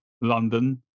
London